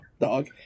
dog